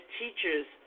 teachers